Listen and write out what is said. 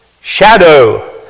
Shadow